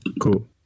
Cool